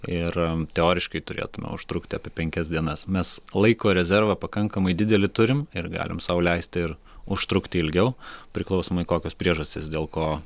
ir teoriškai turėtume užtrukti apie penkias dienas mes laiko rezervą pakankamai didelį turim ir galim sau leist ir užtrukti ilgiau priklausomai kokios priežastys dėl ko